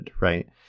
right